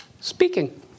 Speaking